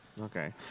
Okay